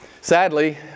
Sadly